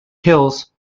hills